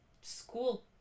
school